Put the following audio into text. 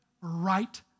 right